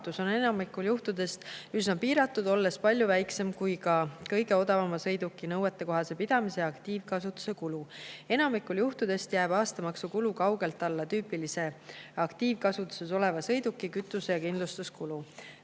Enamikul juhtudel jääb aastamaksu kulu kaugelt alla tüüpilise aktiivkasutuses oleva sõiduki kütuse- ja kindlustuskulu.